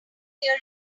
theory